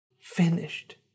Finished